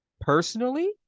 Personally